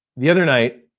the other night,